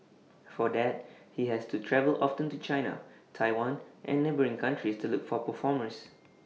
for that he has to travel often to China Taiwan and neighbouring countries to look for performers